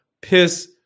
piss